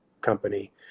company